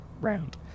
round